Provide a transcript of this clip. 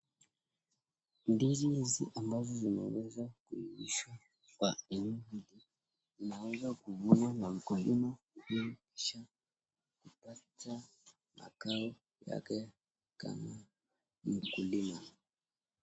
Ndizi hizi ambavyo vimeweza kuivishwa kwa elimu kidogo naweza kuvuna na mkulima ili nisha kupata makao yake kama mkulima.